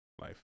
life